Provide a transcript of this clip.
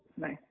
nice